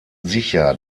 sicher